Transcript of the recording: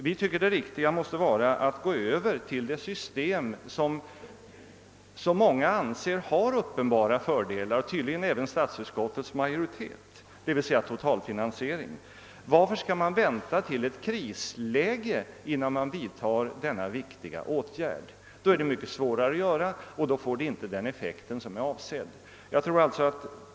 Vi tycker det riktiga måste vara att gå över till det system som många, tydligen även statsutskottets majoritet, anser ha uppenbara fördelar, d.v.s. totalfinansiering. Varför skall man vänta till ett krisläge innan man vidtar denna viktiga åtgärd? Då är det mycket svårare att göra det, och åtgärden får inte den effekt som är avsedd.